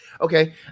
Okay